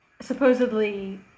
supposedly